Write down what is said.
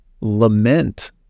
lament